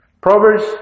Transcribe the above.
Proverbs